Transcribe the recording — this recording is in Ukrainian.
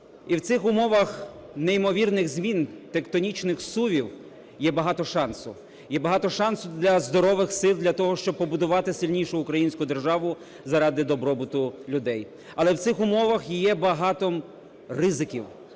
І в цих умовах неймовірних змін, тектонічних зсувів є багато шансу, є багато шансу для здорових сил для того, щоб побудувати сильнішу українську державу заради добробуту людей. Але в цих умовах є багато ризиків,